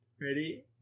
Ready